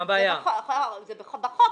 סעיף 98 בחוק,